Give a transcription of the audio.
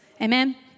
Amen